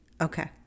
Okay